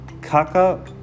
Kaka